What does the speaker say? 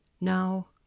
Now